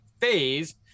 phase